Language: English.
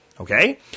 Okay